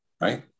right